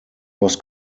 was